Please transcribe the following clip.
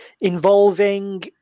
involving